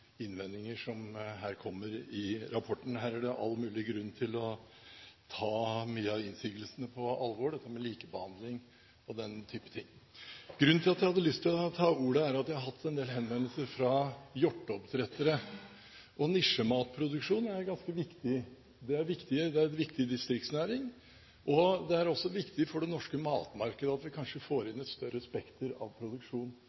innvendinger som her kommer i rapporten. Her er det all mulig grunn til å ta mye av innsigelsene på alvor – dette med likebehandling og den type ting. Grunnen til at jeg hadde lyst til å ta ordet, er at jeg har hatt en del henvendelser fra hjorteoppdrettere. Nisjematproduksjon er ganske viktig. Det er en viktig distriktsnæring, og det er også viktig for det norske matmarkedet at vi kanskje får